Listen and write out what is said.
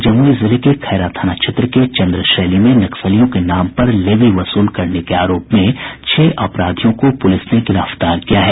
जमुई जिले के खैरा थाना क्षेत्र के चन्द्रशैली में नक्सलियों के नाम पर लेवी वसूल करने के आरोप में छह अपराधियों को पुलिस ने गिरफ्तार किया है